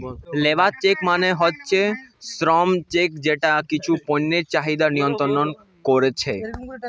labour check মানে হচ্ছে শ্রম চেক যেটা কিছু পণ্যের চাহিদা নিয়ন্ত্রণ কোরছে